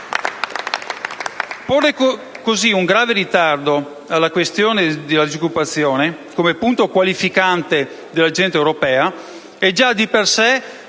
Porre con così grave ritardo la questione della disoccupazione come punto qualificante dell'agenda europea è già di per sé